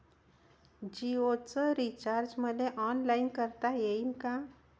जीओच रिचार्ज मले ऑनलाईन करता येईन का?